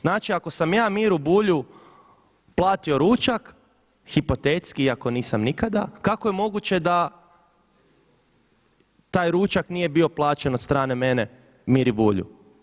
Znači ako sam ja Miri Bulju platio ručak, hipotetski iako nisam nikada, kako je moguće da taj ručak nije bio plaćen od strane mene Miri Bulju?